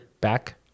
back